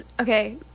Okay